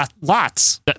Lots